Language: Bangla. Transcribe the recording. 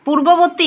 পূর্ববর্তী